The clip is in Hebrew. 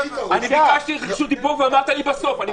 ביקשתי רשות דיבור ואמרת לי בסוף.